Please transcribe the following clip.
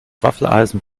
waffeleisen